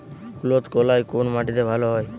কুলত্থ কলাই কোন মাটিতে ভালো হয়?